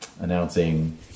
announcing